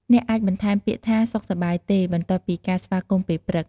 អ្នកអាចបន្ថែមពាក្យថា "សុខសប្បាយទេ?" បន្ទាប់ពីការស្វាគមន៍ពេលព្រឹក។